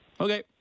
okay